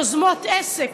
"יוזמות עסק",